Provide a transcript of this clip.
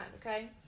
Okay